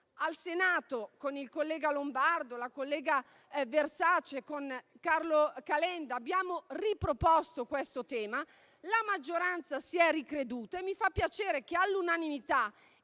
Al Senato con il collega Lombardo, la collega Versace, con Carlo Calenda abbiamo riproposto questo tema. La maggioranza si è ricreduta e mi fa piacere che all'unanimità